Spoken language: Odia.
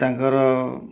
ତାଙ୍କର